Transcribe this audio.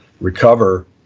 recover